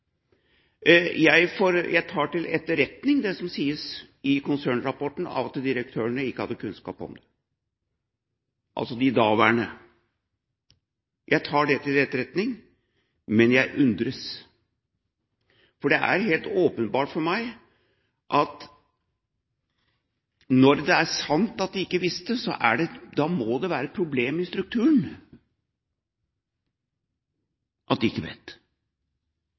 Jeg tar til etterretning det som sies i konsernrapporten, at direktørene ikke hadde kunnskap om det, altså de daværende. Jeg tar det til etterretning, men jeg undres. Det er helt åpenbart for meg at når det er sant at de ikke visste, må det være et problem i strukturen at de ikke vet.